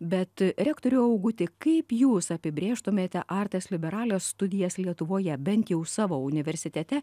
bet rektoriau auguti kaip jūs apibrėžtumėte artes liberales studijas lietuvoje bent jau savo universitete